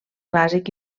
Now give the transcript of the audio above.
bàsic